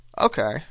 okay